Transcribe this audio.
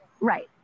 Right